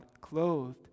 clothed